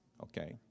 okay